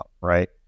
right